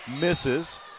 Misses